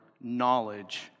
knowledge